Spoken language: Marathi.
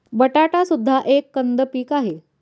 बटाटा सुद्धा एक कंद पीक आहे